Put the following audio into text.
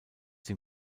dem